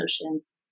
emotions